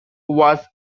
was